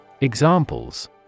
Examples